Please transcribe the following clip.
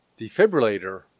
defibrillator